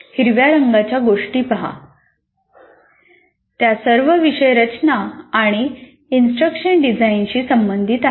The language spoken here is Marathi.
हिरव्या रंगाच्या गोष्टी पहा त्या सर्व विषय रचना किंवा इंस्ट्रक्शन डिझाइनशी संबंधित आहेत